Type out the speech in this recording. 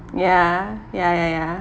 ya ya ya ya